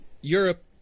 Europe